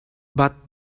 but